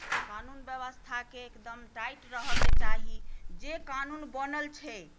कानून व्यवस्थाकेँ एकदम टाइट रहऽके चाही जे कानून बनल छै